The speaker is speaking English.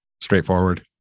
straightforward